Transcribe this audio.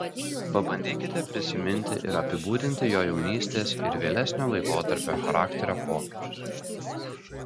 pabandykite prisiminti ir apibūdinti jo jaunystės ir vėlesnio laikotarpio charakterio pokyčius